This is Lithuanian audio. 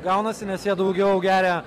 gaunasi nes jie daugiau geria